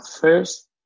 first